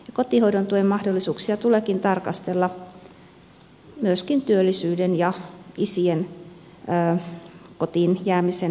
kotihoidon tuen mahdollisuuksia tuleekin tarkastella myöskin työllisyyden ja isien kotiin jäämisen näkökulmista käsin